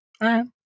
right